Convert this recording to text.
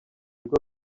rwo